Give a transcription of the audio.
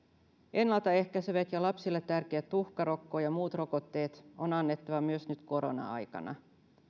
ennalta ehkäisevät ja lapsille tärkeät tuhkarokko ja muut rokotteet on annettava myös nyt korona aikana